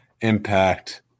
Impact